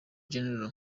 general